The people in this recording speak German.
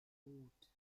rot